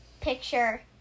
picture